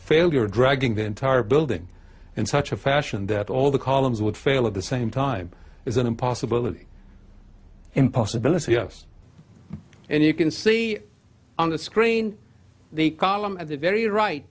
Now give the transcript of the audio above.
failure dragging the entire building in such a fashion that all the columns would fail at the same time is an impossible in possibility yes and you can see on the screen the column at the very right